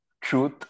truth